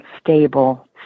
stable